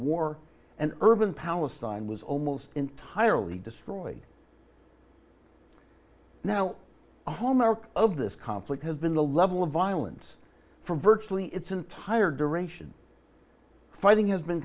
war an urban palestine was almost entirely destroyed now a hallmark of this conflict has been the level of violence from virtually its entire duration fighting has been